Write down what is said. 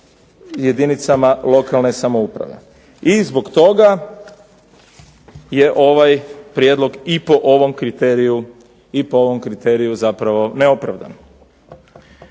jedinicama lokalne samouprave. I zbog toga je ovaj prijedlog i po ovom kriteriju zapravo neopravdan.